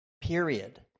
period